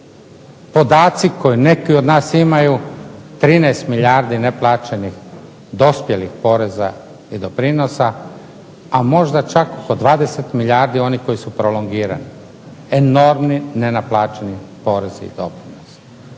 Podaci koje neki od nas imaju 13 milijardi neplaćenih dospjelih poreza i doprinosa, a možda čak oko 20 milijardi onih koji su prolongirani, enormni nenaplaćeni porezi i doprinosi,